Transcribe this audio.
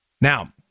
Now